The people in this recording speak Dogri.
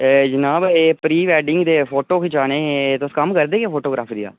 एह् जनाब एह् प्री वेडिंग दे फोटो खचाने हे तुस कम्म करदे के फोटोग्राफी दा